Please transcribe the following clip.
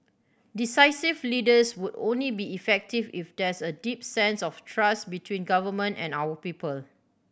decisive leaders would only be effective if there's a deep sense of trust between government and our people